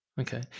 okay